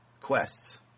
quests